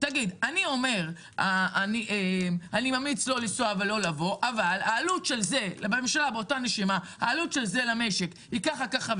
תגיד: אני ממליץ לא לנסוע ולא לבוא אבל העלות של זה למשק היא ככה וככה,